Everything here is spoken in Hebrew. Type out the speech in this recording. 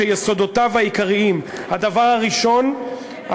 ויסודותיו העיקריים: הדבר הראשון,